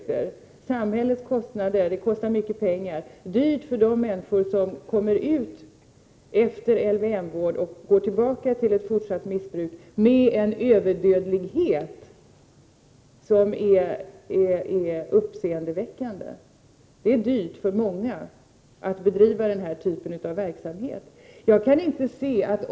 För samhället kostar den mycket pengar, och den är dyr för de människor som kommer ut efter LVM-vården och går tillbaka till fortsatt missbruk och har en överdödlighet som är uppseendeväckande. Den här typen av verksamhet är dyr för många.